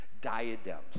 diadems